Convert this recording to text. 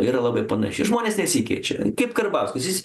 yra labai panaši žmonės nesikeičia kaip karbauskis jis